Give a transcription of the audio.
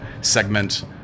segment